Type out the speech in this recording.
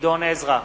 גדעון עזרא,